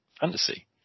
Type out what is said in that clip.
fantasy